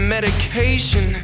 medication